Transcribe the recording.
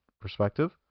perspective